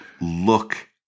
Look